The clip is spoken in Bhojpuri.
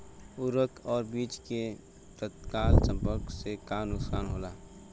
उर्वरक और बीज के तत्काल संपर्क से का नुकसान होला?